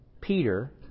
Peter